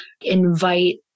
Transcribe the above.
invite